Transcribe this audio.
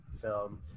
film